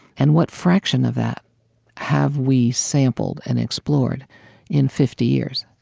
and what fraction of that have we sampled and explored in fifty years?